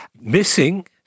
missing